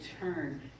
turn